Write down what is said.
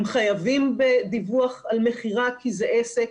הם חייבים בדיווח על מכירה כי זה עסק,